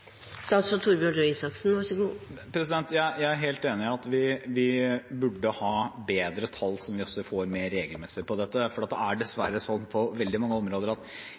Jeg er helt enig i at vi burde ha bedre tall på dette, og også få dem mer regelmessig. Det er dessverre slik på veldig mange områder at